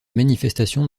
manifestations